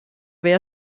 wehr